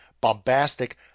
bombastic